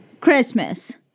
Christmas